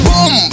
Boom